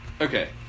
Okay